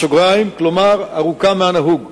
כלומר ארוכה מהנהוג.